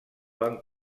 van